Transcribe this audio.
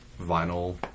vinyl